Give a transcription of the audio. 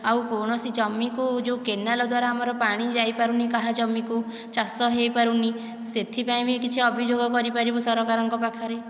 ଆଉ କୌଣସି ଜମିକୁ ଯେଉଁ କେନାଲ ଦ୍ୱାରା ଆମର ପାଣି ଯାଇ ପାରୁନି କାହା ଜମିକୁ ଚାଷ ହୋଇପାରୁନି ସେଥିପାଇଁ ବି କିଛି ଅଭିଯୋଗ କରିପାରିବୁ ସରକାରଙ୍କ ପାଖରେ